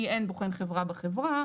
כי אין בוחן חברה בחברה,